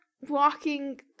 walking